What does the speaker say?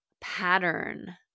pattern